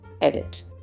Edit